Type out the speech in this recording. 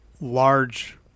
large